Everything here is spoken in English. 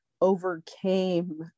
overcame